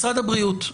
משרד הבריאות,